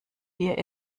wir